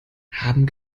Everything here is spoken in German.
haben